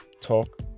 talk